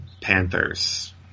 Panthers